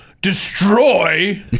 Destroy